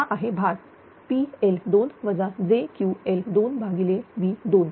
हा आहे भार V2